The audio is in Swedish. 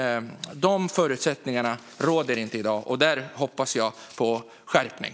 De förutsättningarna råder inte i dag, och där hoppas jag på skärpning.